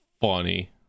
funny